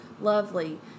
lovely